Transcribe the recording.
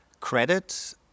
Credit